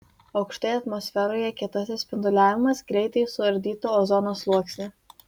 aukštai atmosferoje kietasis spinduliavimas greitai suardytų ozono sluoksnį